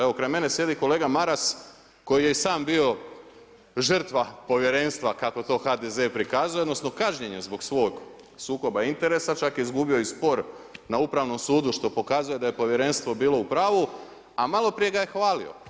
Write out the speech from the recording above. Evo kraj mene sjedi kolega Maras koji je i sam bio žrtva povjerenstva kako to HDZ prikazuje, odnosno kažnjen je zbog svog sukoba interesa, čak je izgubio i spor na upravnom sudu što pokazuje da je povjerenstvo bilo u pravu a malo prije ga je hvalio.